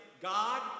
God